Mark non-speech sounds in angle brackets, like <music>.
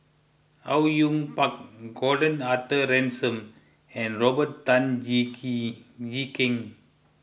Au Yue Pak Gordon Arthur Ransome and Robert Tan <unintelligible> Jee Keng